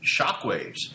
shockwaves